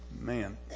man